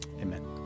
Amen